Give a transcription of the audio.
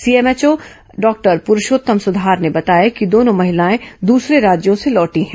CMHO doctor Purushottam Sudhar ने बताया कि दोनों महिलाएं दूसरे राज्यों से लौटी हैं